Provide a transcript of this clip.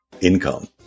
income